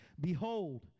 Behold